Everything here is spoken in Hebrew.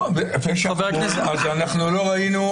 אז אנחנו לא ראינו.